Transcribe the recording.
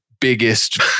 biggest